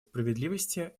справедливости